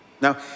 now